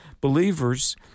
believers